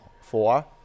Four